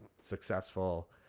successful